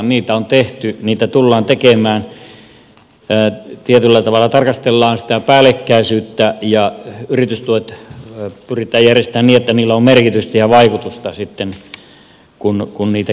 niitä on tehty niitä tullaan tekemään tietyllä tavalla tarkastellaan sitä päällekkäisyyttä ja yritystuet pyritään järjestämään niin että niillä on merkitystä ja vaikutusta sitten kun niitä käytetään